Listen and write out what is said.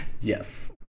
Yes